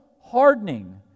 hardening